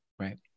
Right